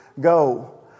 Go